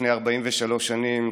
לפני 43 שנים,